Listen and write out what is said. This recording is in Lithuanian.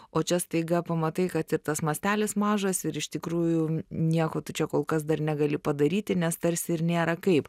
o čia staiga pamatai kad ir tas mastelis mažas ir iš tikrųjų nieko tu čia kol kas dar negali padaryti nes tarsi ir nėra kaip